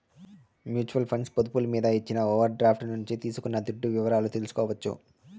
mutual funds పొదుపులు మీద ఇచ్చిన ఓవర్ డ్రాఫ్టు నుంచి తీసుకున్న దుడ్డు వివరాలు తెల్సుకోవచ్చు